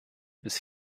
bis